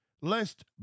lest